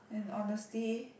and honestly